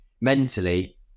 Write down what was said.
mentally